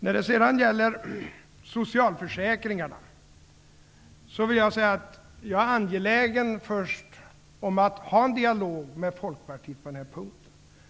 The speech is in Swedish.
När det sedan gäller socialförsäkringarna vill jag säga att jag är angelägen om att ha en dialog med Folkpartiet på den här punkten.